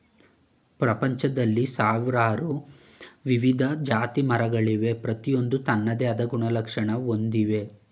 ಪ್ರಪಂಚ್ದಲ್ಲಿ ಸಾವ್ರಾರು ವಿವಿಧ ಜಾತಿಮರಗಳವೆ ಪ್ರತಿಯೊಂದೂ ತನ್ನದೇ ಆದ್ ಗುಣಲಕ್ಷಣ ಹೊಂದಯ್ತೆ